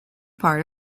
part